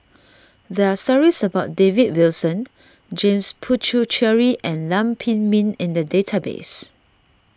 there are stories about David Wilson James Puthucheary and Lam Pin Min in the database